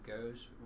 goes